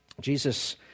Jesus